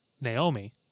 Naomi